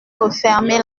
refermer